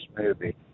movie